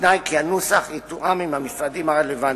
בתנאי שהנוסח יתואם עם המשרדים הרלוונטיים.